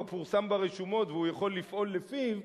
פורסם ברשומות והוא יכול לפעול לפיו,